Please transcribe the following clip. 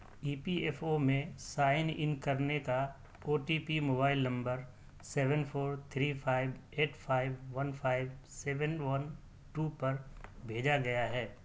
ای P F O میں sign in کرنے کا O T P mobile number seven four three five eight five one five seven one two پر بھیجا گیا ہے